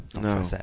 No